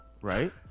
right